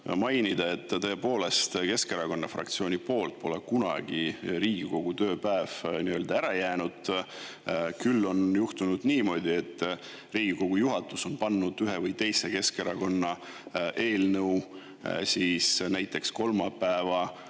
mainida, et Keskerakonna fraktsiooni tõttu pole tõepoolest kunagi Riigikogu tööpäev nii-öelda ära jäänud. Küll on juhtunud niimoodi, et Riigikogu juhatus on pannud ühe või teise Keskerakonna eelnõu näiteks kolmapäevase